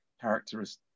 characteristics